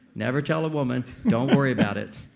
never tell a woman, don't worry about it.